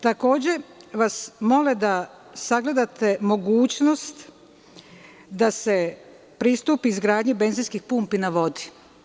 Takođe, mole vas da sagledate mogućnost da se pristupi izgradnji benzinskih pumpi na vodi.